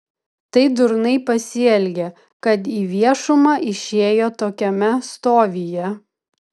tai durnai pasielgė kad į viešumą išėjo tokiame stovyje